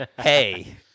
Hey